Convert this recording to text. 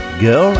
Girl